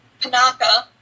Panaka